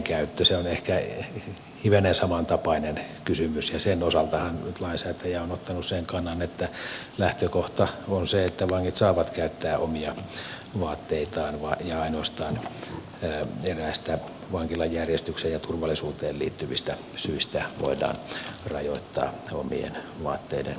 se on ehkä hivenen samantapainen kysymys ja sen osaltahan nyt lainsäätäjä on ottanut sen kannan että lähtökohta on se että vangit saavat käyttää omia vaatteitaan ja ainoastaan eräistä vankilan järjestykseen ja turvallisuuteen liittyvistä syistä voidaan rajoittaa omien vaatteiden käyttöä